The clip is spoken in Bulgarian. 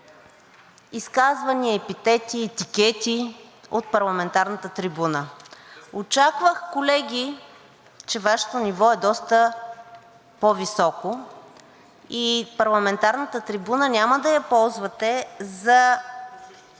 изказвания, епитети, етикети от парламентарната трибуна. Очаквах, колеги, че Вашето ниво е доста по-високо и парламентарната трибуна няма да я ползвате за